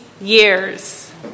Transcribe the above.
years